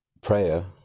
prayer